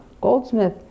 goldsmith